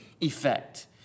effect